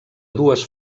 dues